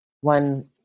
one